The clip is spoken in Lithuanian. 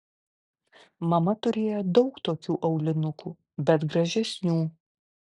mama turėjo daug tokių aulinukų bet gražesnių